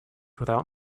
without